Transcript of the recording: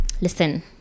listen